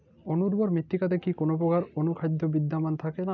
অনুর্বর মৃত্তিকাতে কি কোনো প্রকার অনুখাদ্য বিদ্যমান থাকে না?